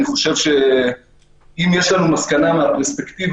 אני חושב שאם יש לנו מסקנה מהפרספקטיבה